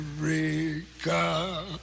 America